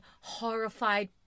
horrified